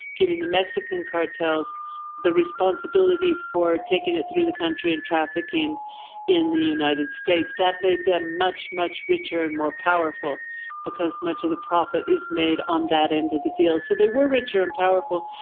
giving the mexican cartels the responsibility for taking it through the country and trafficking in the united states. that made them much, much richer and more powerful because much of the profit is made on that end of the deal. so they were richer and powerful,